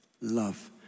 Love